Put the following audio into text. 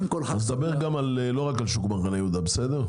אז אל תדבר רק על שוק מחנה יהודה, בסדר?